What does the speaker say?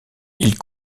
ils